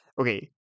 okay